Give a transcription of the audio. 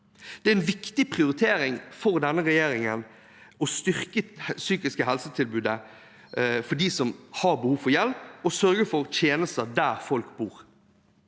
Det er en viktig prioritering for denne regjeringen å styrke det psykiske helsetilbudet for dem som har behov for hjelp, og sørge for tjenester der folk bor.